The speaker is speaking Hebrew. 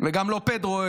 פדרו.